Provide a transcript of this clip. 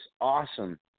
awesome